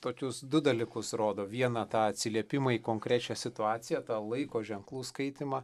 tokius du dalykus rodo vieną tą atsiliepimą į konkrečią situaciją tą laiko ženklų skaitymą